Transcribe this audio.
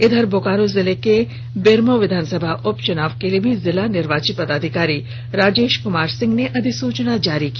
इधर बोकारो जिले के बेरमो विधानसभा उपचुनाव के लिए भी जिला निर्वाची पदाधिकारी राजेश कुमार सिंह ने अधिसूचना जारी की